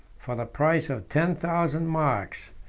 for the price of ten thousand marks,